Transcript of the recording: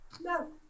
No